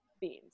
beans